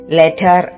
letter